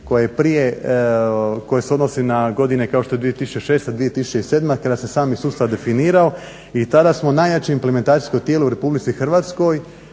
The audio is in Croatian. koje se odnosi na godine kao što je 2006., 2007. kada se sami sustav definirao i tada smo najjače implementacijsko tijelo u RH je